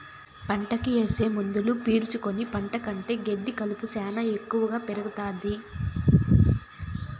పంటకి ఏసే మందులు పీల్చుకుని పంట కంటే గెడ్డి కలుపు శ్యానా ఎక్కువగా పెరుగుతాది